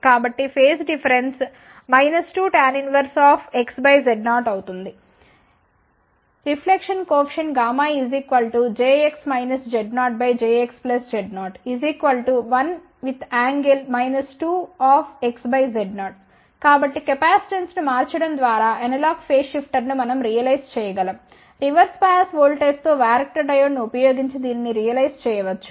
కాబట్టి phase difference 2 tan ఇన్వర్స్XZ0అవుతుంది jX Z0jX Z0 1∠ 2XZ0 కాబట్టి కెపాసిటెన్స్ను మార్చడం ద్వారా అనలాగ్ ఫేజ్ షిఫ్టర్ను మనం రియలైజ్ చేయగలం రివర్స్ బయాస్ ఓల్టేజ్తో వరాక్టర్ డయోడ్ను ఉపయోగించి దీనిని రియలైజ్ చేయవచ్చు